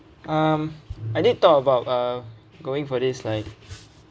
um I did talk about uh going for this like